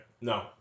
No